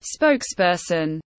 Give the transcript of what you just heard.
spokesperson